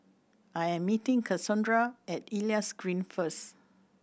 I am meeting Cassondra at Elias Green first